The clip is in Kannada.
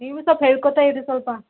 ನೀವು ಸ್ವಲ್ಪ ಹೇಳ್ಕೊತ ಇರೀ ಸ್ವಲ್ಪ